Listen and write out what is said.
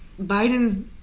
Biden